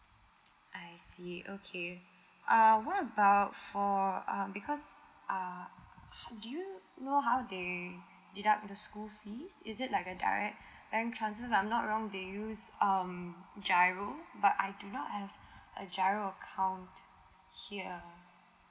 I see okay uh what about for um because uh do you know how they deduct the school fees is it like a direct bank transfer I'm not wrong they use um giro but I did not have a giro account here